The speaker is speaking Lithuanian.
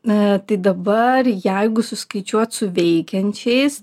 na tai dabar jeigu suskaičiuot su veikiančiais